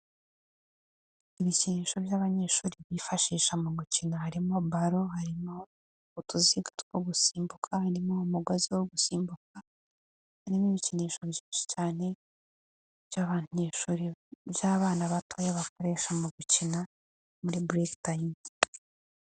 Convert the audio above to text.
Ibikinisho by'abanyeshuri bifashisha mu gukina harimo baro, harimo utuziga two gusimbuka, harimo umugozi wo gusimbuka, harimo ibikinisho byinshi cyane by'abanyeshuri by'abana batoya bakoresha mu gukina muri bureki tayimu.